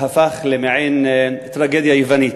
הפך למעין טרגדיה יוונית.